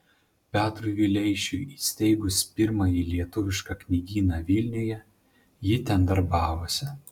petrui vileišiui įsteigus pirmąjį lietuvišką knygyną vilniuje ji ten darbavosi